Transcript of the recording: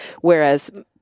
Whereas